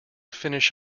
finish